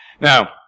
Now